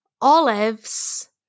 olives